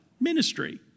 Ministry